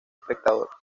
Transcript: espectador